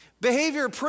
Behavior